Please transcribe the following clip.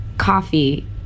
Coffee